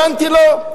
הבנתי, לא.